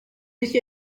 icyo